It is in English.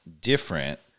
different